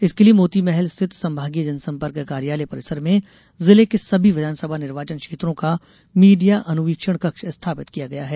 इसके लिए मोतीमहल स्थित संभागीय जनसंपर्क कार्यालय परिसर में जिले के सभी विधासभा निर्वाचन का मीडिया अनुवीक्षण कक्ष स्थापित किया गया है